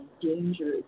Dangerous